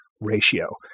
ratio